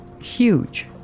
huge